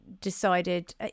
decided